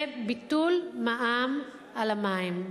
זה ביטול מע"מ על המים,